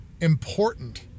important